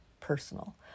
personal